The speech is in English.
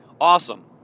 Awesome